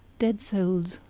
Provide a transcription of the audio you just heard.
dead souls,